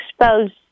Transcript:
expose